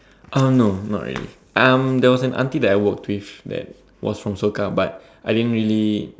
um no not really um there was an auntie that I work with that was from Soka but I didn't really